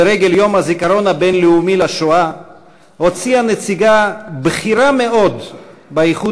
לרגל יום הזיכרון הבין-לאומי לשואה הוציאה נציגה בכירה מאוד באיחוד